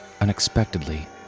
Unexpectedly